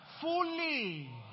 fully